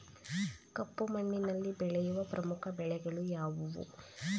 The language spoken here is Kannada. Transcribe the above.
ಕಪ್ಪು ಮಣ್ಣಿನಲ್ಲಿ ಬೆಳೆಯುವ ಪ್ರಮುಖ ಬೆಳೆಗಳು ಯಾವುವು?